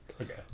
Okay